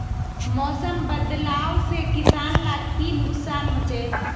मौसम बदलाव से किसान लाक की नुकसान होचे?